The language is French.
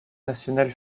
nationale